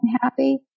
happy